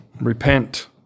repent